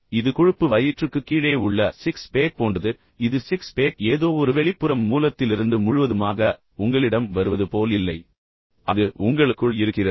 இது கொழுப்பு வயிற்றுக்குக் கீழே உள்ள சிக்ஸ் பேக் போன்றது இது சிக்ஸ் பேக் ஏதோ ஒரு வெளிப்புற மூலத்திலிருந்து முழுவதுமாக உங்களிடம் வருவது போல் இல்லை அ அது உங்களுக்குள் இருக்கிறது